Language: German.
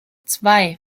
zwei